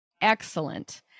excellent